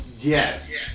Yes